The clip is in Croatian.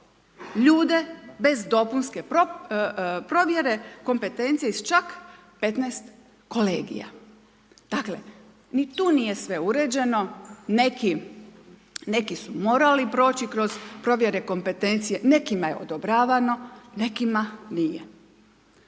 ljude bez dopunske provjere kompetencije iz čak 15 kolegica. Dakle, ni tu nije sve uređeno. Neki su morali proći kroz provjere kompetencije. Nekima je odobravano. Nekima nije.